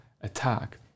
attack